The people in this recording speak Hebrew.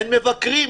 אין מבקרים,